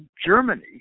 Germany